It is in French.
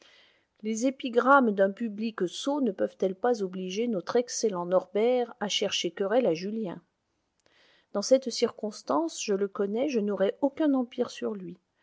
les épigrammes d'un public sot ne peuvent-elles pas obliger notre excellent norbert à chercher querelle à julien dans cette circonstance je le connais je n'aurais aucun empire sur lui